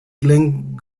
glenn